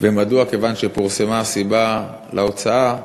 3. ומדוע, כיוון שפורסמה הסיבה להוצאה,